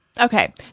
Okay